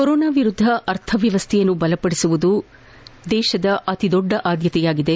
corona ವಿರುದ್ಧ ಅರ್ಥವ್ಯವಸ್ಥೆಯನ್ನು ಬಲಪಡಿಸುವುದು ನಮ್ಮ ಅತಿ ದೊಡ್ಡ ಆದ್ದತೆಯಾಗಿದೆ